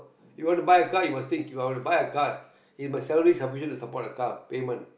you want to buy a car you must think you know buy a car if salary enough to buy a car for payment